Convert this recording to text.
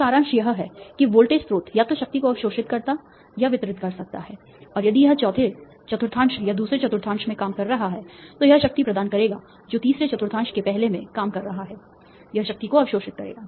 तो सारांश यह है कि वोल्टेज स्रोत या तो शक्ति को अवशोषित या वितरित कर सकता है और यदि यह चौथे चतुर्थांश या दूसरे चतुर्थांश में काम कर रहा है तो यह शक्ति प्रदान करेगा जो तीसरे चतुर्थांश के पहले में काम कर रहा है यह शक्ति को अवशोषित करेगा